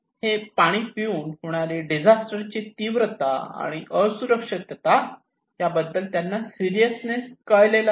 हे पाणी पिऊन होणारे डिझास्टर ची तीव्रता आणि असुरक्षितता याबद्दल त्यांना सीरियसनेस कळला नाही